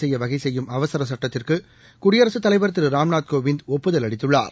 செய்ய வகை செய்யும் அவசரச் சட்டத்திற்கு குடியரசுத் தலைவர்திரு ராம்நாத் கோவிந்த் ஒப்புதல் அளித்துள்ளார்